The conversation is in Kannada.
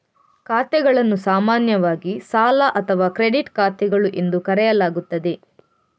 ಖಾತೆಗಳನ್ನು ಸಾಮಾನ್ಯವಾಗಿ ಸಾಲ ಅಥವಾ ಕ್ರೆಡಿಟ್ ಖಾತೆಗಳು ಎಂದು ಕರೆಯಲಾಗುತ್ತದೆ